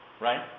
Right